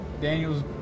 Daniel's